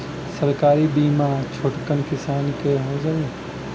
सरकारी बीमा छोटकन किसान क हो जाई?